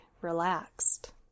relaxed